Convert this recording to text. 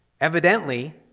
Evidently